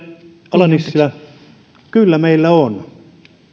ala nissilä kyllä meillä on